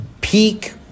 Peak